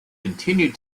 continued